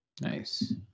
Nice